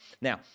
Now